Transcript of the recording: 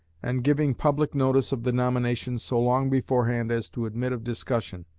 and giving public notice of the nomination so long beforehand as to admit of discussion,